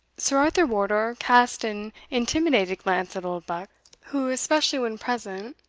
sir arthur wardour cast an intimidated glance at oldbuck who, especially when present,